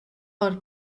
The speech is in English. are